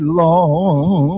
long